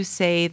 say